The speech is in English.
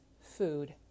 food